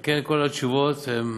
על כן, כל התשובות הן: